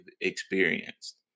experienced